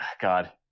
God